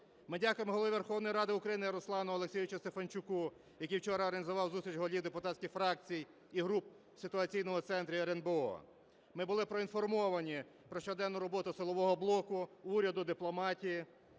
Ми дякуємо Голові Верховної Ради України Руслану Олексійовичу Стефанчуку, який вчора організував зустріч голів депутатських фракцій і груп в ситуаційному центрі РНБО. Ми були проінформовані про щоденну роботу силового блоку, уряду, дипломатії